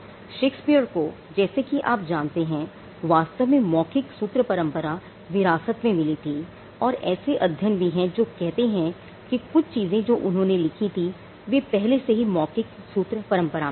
Shakespeare को जैसे कि आप जानते हैं वास्तव में मौखिक सूत्र परंपरा से विरासत मिली थी और ऐसे अध्ययन भी हैं जो कहते हैं कि कुछ चीजें जो उन्होंने लिखी थीं वे पहले से ही मौखिक सूत्र परंपरा में थीं